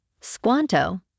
Squanto